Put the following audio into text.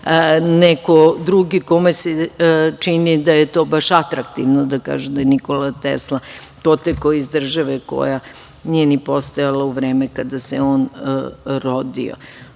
neko drugi kome se čini da je to baš atraktivno da kaža da je Nikola Tesla potekao iz države koja nije ni postojala u vreme kada se on